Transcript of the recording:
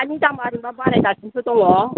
हानि दामा ओरैनोबा बारायगासिनोसो दङ